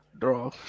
draw